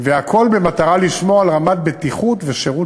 והכול במטרה לשמור על רמת בטיחות ורמת שירות